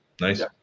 Nice